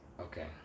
Okay